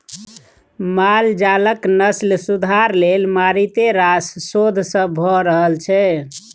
माल जालक नस्ल सुधार लेल मारिते रास शोध सब भ रहल छै